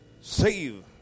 save